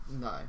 no